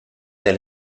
del